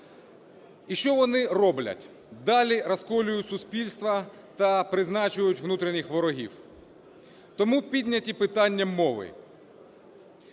І що вони роблять? Далі розколюють суспільство та призначають внутрішніх ворогів, тому підняте питання мови.